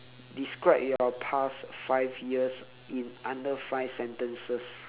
describe your past five years in under five sentences